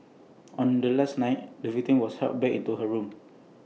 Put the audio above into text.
on the last night the victim was helped back into her room